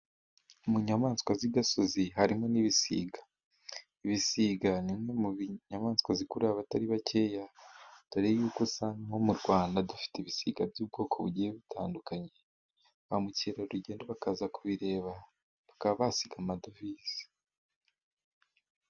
mu nyamaswa z' agasozi harimo n'ibisiga ibisiga ni zimwe mu nyamaswa zikurura abatari bake usanga nko mu rwanda dufite ibisiga by'ubwoko bugiye butandukanye ba mukerarugendo bakaza kubireba bakaba basiga amadovize.